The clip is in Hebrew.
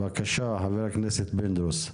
חבר הכנסת פינדרוס,